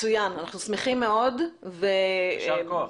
מצוין, אנחנו שמחים מאוד ו --- ויישר כוח.